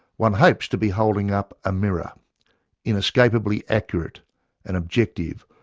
one hopes to be holding up a mirror inescapably accurate and objective,